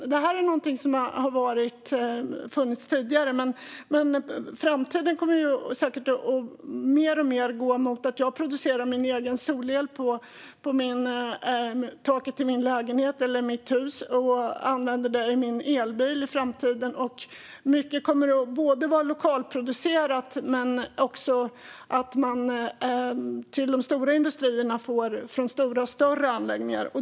Det här är någonting som har funnits tidigare, men framtiden kommer säkert att gå mer och mer mot att jag producerar min egen solel på taket till min lägenhet eller mitt hus och använder det i min elbil. Mycket kommer att vara lokalproducerat, och de större industrierna kommer att få el från större anläggningar.